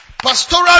Pastoral